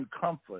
Comfort